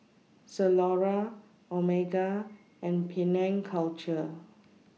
Zalora Omega and Penang Culture